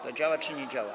To działa czy nie działa?